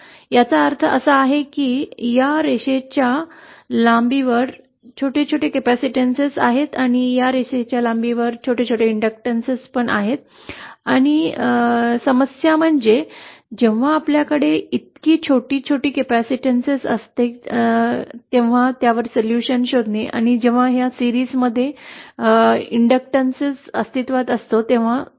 याचा अर्थ असा आहे की या रेषेच्या लांबीवर छोटे छोटे कपेसिटेंस आहेत आणि या रेषेच्या लांबीवर छोट्या छोट्या कपेसिटेंस आहेत आणि समस्या म्हणजे जेव्हा आपल्याकडे इतकी छोटी कपेसिटेंस असते तेव्हा त्यावर सोल्यूशन्स शोधणे आणि मालिका प्रवेश अस्तित्वात असतो